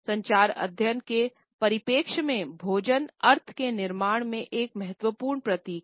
संचार अध्ययन के परिप्रेक्ष्य में भोजन अर्थ के निर्माण में एक महत्वपूर्ण प्रतीक है